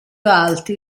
alti